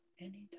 anytime